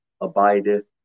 abideth